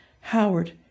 Howard